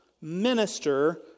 minister